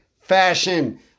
fashion